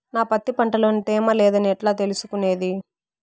నా పత్తి పంట లో తేమ లేదని ఎట్లా తెలుసుకునేది?